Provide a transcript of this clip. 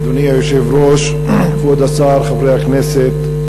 אדוני היושב-ראש, כבוד השר, חברי הכנסת,